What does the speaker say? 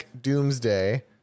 Doomsday